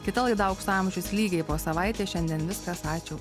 kita laida aukso amžius lygiai po savaitės šiandien viskas ačiū